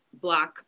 black